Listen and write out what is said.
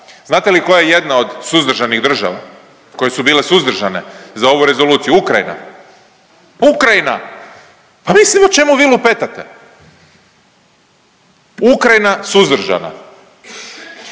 Znate li koja je jedna od suzdržanih država, koje su bile suzdržane za ovu rezoluciju? Ukrajina. Ukrajina. Pa mislim o čemu vi lupetate. Ukrajina suzdržana.